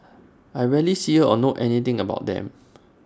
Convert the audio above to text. I rarely see her or know anything about them